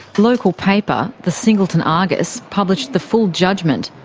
local paper, the singleton argus, published the full judgement.